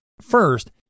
First